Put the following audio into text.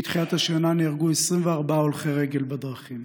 מתחילת השנה נהרגו 24 הולכי רגל בדרכים.